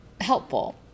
helpful